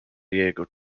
diego